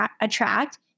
attract